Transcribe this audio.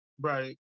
Right